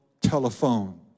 Telephone